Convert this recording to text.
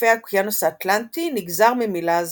לחופי האוקיינוס האטלנטי, נגזר ממילה זו.